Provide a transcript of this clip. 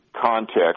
context